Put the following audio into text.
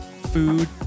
food